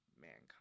mankind